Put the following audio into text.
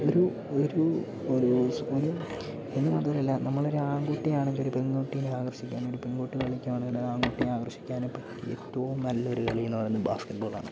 ഒരു ഒരു അല്ലെ എന്ന് മാത്രമല്ല നമ്മൾ ഒരു ആൺകുട്ടിയാണെങ്കിലൊരു പെൺകുട്ടിയെ ആകർഷിക്കാനും ഒരു പെൺകുട്ടി കളിക്കുകയാണെങ്കിൽ ആൺകുട്ടിയെ ആകർഷിക്കാനും പറ്റിയ ഏറ്റവും നല്ലൊരു കളിയെന്ന് പറയുന്നത് ബാസ്കറ്റ് ബോളാണ്